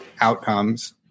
outcomes